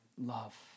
love